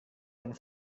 yang